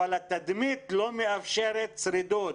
אבל התדמית לא מאפשרת שרידות